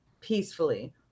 peacefully